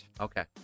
Okay